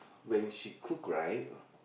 when she cook right